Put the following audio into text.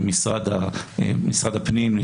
משרד הפנים,